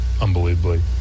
unbelievably